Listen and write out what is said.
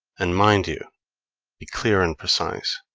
and mind you be clear and precise.